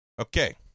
Okay